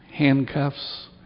Handcuffs